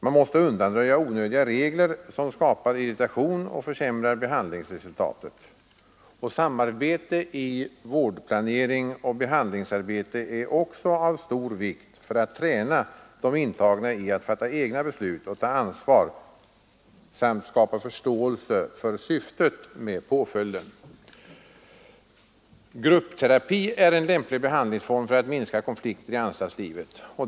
Man måste undanröja onödiga regler, som skapar irritation och försämrar behandlingsresultatet. Samarbete i vårdplanering och behandlingsarbete är också av stor vikt för att träna de intagna i att fatta egna beslut och ta ansvar samt skapa förståelse för syftet med påföljden. Gruppterapi är en lämplig behandlingsform för att minska konflikter i anstaltslivet.